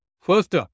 First